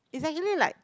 it's actually like